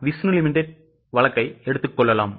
Vishnu limited வழக்கை எடுத்துக் கொள்ளுங்கள்